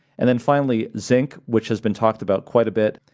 and then finally zinc, which has been talked about quite a bit.